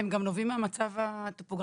הם גם נובעים מהמצב הטופוגרפי.